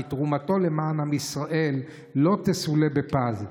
כי תרומתו למען עם ישראל לא תסולא בפז.